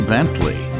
Bentley